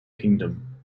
kingdom